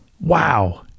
wow